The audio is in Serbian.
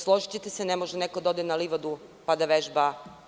Složićete se ne može neko da ode na livadu, pa da vežba.